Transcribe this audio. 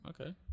Okay